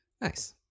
Nice